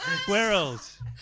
squirrels